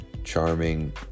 charming